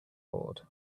board